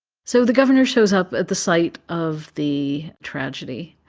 so the governor shows up at the site of the tragedy.